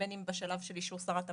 בין אם בשלב של אישור שרת הפנים,